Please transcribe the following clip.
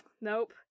Nope